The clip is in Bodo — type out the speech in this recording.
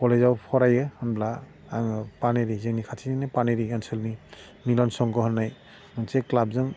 कलेजाव फरायो होमब्ला आङो पानेरि जोंनि खाथिनिनो पानेरि ओनसोलनि मिलन संग' होन्नाय मोनसे क्लाबजों